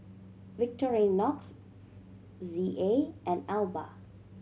Victorinox Z A and Alba